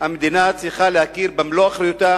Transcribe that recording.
המדינה צריכה להכיר במלוא אחריותה